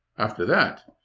after that,